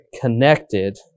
connected